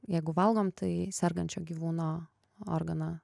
jeigu valgom tai sergančio gyvūno organą